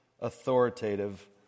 authoritative